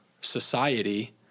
society